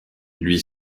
lui